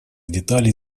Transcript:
деталей